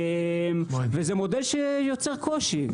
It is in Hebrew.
וזה מודל שיוצר קושי.